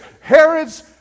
Herod's